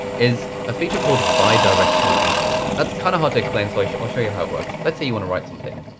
is a feature called bi-directional linking. that's kind of hard to explain. so i'll show you how it works. let's say you want to write something.